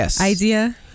idea